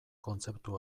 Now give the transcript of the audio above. kontzeptu